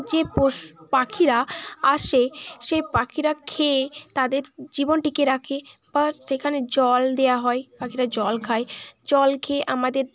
যে পাখিরা আসে সে পাখিরা খেয়ে তাদের জীবন টিকিয়ে রাখে বা সেখানে জল দেওয়া হয় পাখিরা জল খায় জল খেয়ে আমাদের